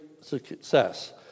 success